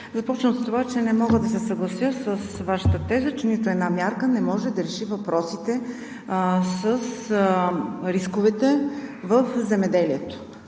започвам с това, че не мога да се съглася с Вашата теза, че нито една мярка не може да реши въпросите с рисковете в земеделието.